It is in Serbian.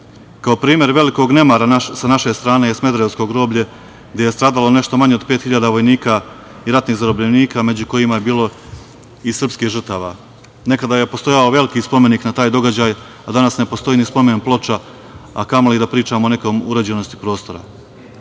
itd. Kao primer velikog nemara sa naše strane je Smederevsko groblje gde je stradalo nešto manje od 5.000 vojnika i ratnih zarobljenika među kojima je bilo i srpskih žrtava. Nekada je postojao veliki spomenik za taj događaj, a danas ne postoji ni spomen ploča, a kamoli da pričamo o nekoj uređenosti prostora.